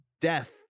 death